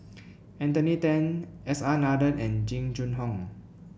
Anthony Then S R Nathan and Jing Jun Hong